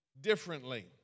differently